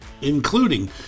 including